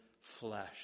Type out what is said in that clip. flesh